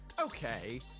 Okay